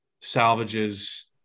salvages